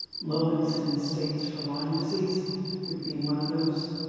low incident states for lyme disease would be one of those.